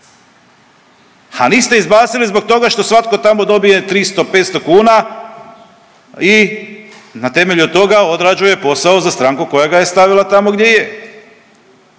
Ha niste izbacili zbog toga što svatko tamo dobije 300, 500 kuna i na temelju toga odrađuje posao za stranku koja ga je stavila tamo gdje je.